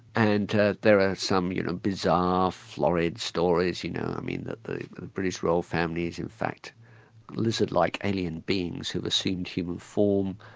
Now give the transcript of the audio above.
and there are some you know bizarre, florid stories, you know i mean that the british royal family is in fact lizard-like adding and beings who assumed human form,